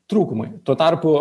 trūkumai tuo tarpu